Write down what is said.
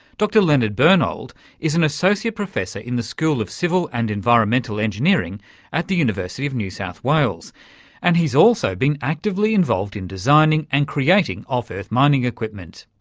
dr leonhard bernold is an associate professor in the school of civil and environmental engineering at the university of new south wales and he's also been actively involved in designing and creating off-earth mining equipment.